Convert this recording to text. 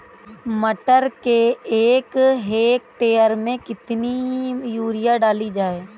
मटर के एक हेक्टेयर में कितनी यूरिया डाली जाए?